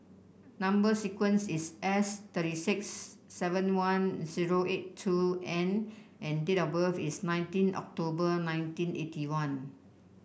number sequence is S thirty six seven one zero eight two N and date of birth is nineteen October nineteen eighty one